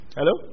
Hello